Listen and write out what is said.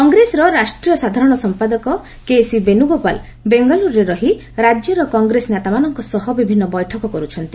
କଂଗ୍ରେସର ରାଷ୍ଟ୍ରୀୟ ସାଧାରଣ ସମ୍ପାଦକ କେସି ବେନୁଗୋପାଳ ବେଙ୍ଗାଲୁରୁରେ ରହି ରାଜ୍ୟର କଂଗ୍ରେସ ନେତାମାନଙ୍କ ସହ ବିଭିନ୍ନ ବୈଠକ କରୁଛନ୍ତି